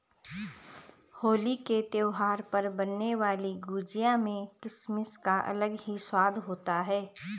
होली के त्यौहार पर बनने वाली गुजिया में किसमिस का अलग ही स्वाद होता है